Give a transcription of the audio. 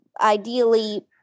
ideally